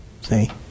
See